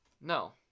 No